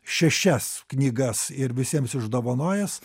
šešias knygas ir visiems išdovanojęs